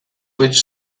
which